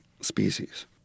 species